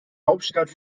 hauptstadt